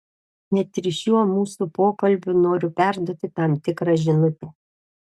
net ir šiuo mūsų pokalbiu noriu perduoti tam tikrą žinutę